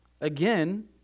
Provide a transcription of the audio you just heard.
again